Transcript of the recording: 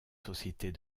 sociétés